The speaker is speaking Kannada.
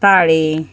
ತಾಳಿ